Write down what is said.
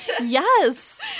Yes